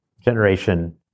generation